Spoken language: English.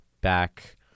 back